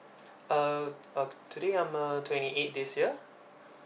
uh uh today I'm uh twenty eight this year